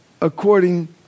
according